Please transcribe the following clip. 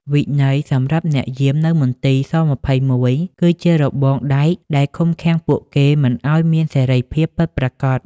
វិន័យសម្រាប់អ្នកយាមនៅមន្ទីរស-២១ គឺជារបងដែកដែលឃុំឃាំងពួកគេមិនឱ្យមានសេរីភាពពិតប្រាកដ។